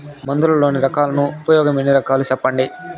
మందులలోని రకాలను ఉపయోగం ఎన్ని రకాలు? సెప్పండి?